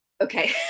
Okay